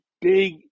big